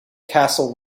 castle